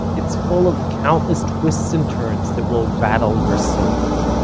it's full of countless twists and turns that will rattle your soul.